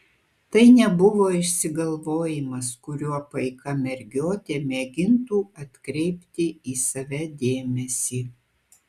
tai nebuvo išsigalvojimas kuriuo paika mergiotė mėgintų atkreipti į save dėmesį